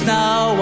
now